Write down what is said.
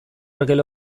ergel